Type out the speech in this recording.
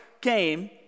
came